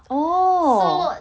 oh